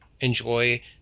enjoy